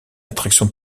attraction